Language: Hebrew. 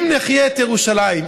אם נחיה את ירושלים,